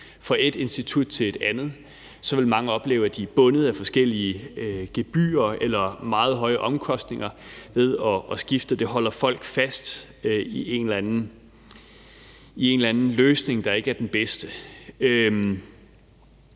fra et institut til et andet, for så vil mange opleve, at de er bundet af forskellige gebyrer eller meget høje omkostninger ved at skifte, og det holder folk fast i en eller anden løsning, der ikke er den bedste.